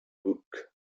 book